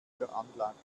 veranlagt